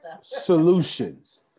Solutions